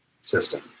system